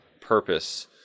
purpose